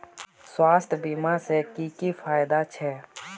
स्वास्थ्य बीमा से की की फायदा छे?